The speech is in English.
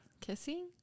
Kissing